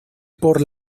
por